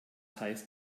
heißt